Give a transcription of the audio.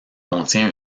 contient